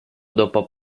dopo